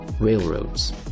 railroads